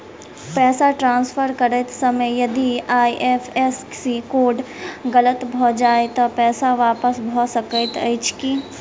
पैसा ट्रान्सफर करैत समय यदि आई.एफ.एस.सी कोड गलत भऽ जाय तऽ पैसा वापस भऽ सकैत अछि की?